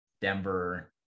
Denver